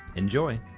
enjoy!